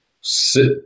Sit